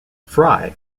fry